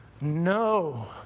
No